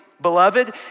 Beloved